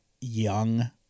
young